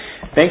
Thank